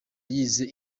yayize